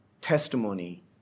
testimony